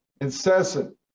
incessant